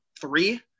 Three